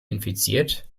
infiziert